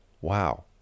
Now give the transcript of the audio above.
wow